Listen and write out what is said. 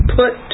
put